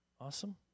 Awesome